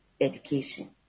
education